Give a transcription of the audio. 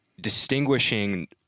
distinguishing